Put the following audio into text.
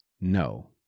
no